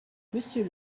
monsieur